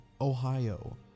Ohio